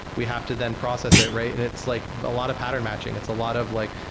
we have to then process it, right? and it's like a lot of pattern matching. it's a lot of like,